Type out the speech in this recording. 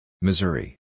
Missouri